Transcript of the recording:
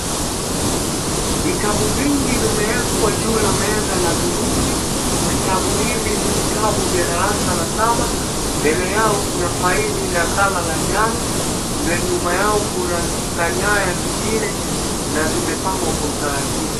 Vitabu vingi vimeekwa juu la meza na hudhurungi, vitabu hivi ni vitabu vya darasa la saba, mbele yao kuna faili la colour la njano na nyuma yao kuna kanyaya zingine na zimepangwa kwa utaratibu.